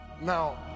now